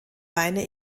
weine